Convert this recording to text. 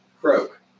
croak